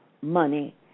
money